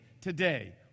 today